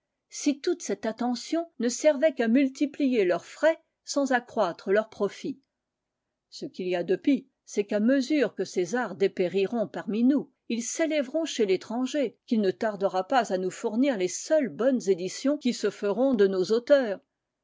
si toute cette attention ne servait qu'à multiplier leurs frais sans accroître leur profit ce qu'il y a de pis c'est qu'à mesure que ces arts dépériront parmi nous ils s'élèveront chez l'étranger et qu'il ne tardera pas à nous fournir les seules bonnes éditions qui se feront de nos auteurs